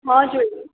हजुर